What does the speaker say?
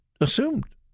assumed